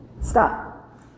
Stop